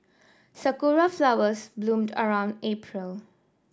sakura flowers bloom around April